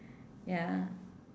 ya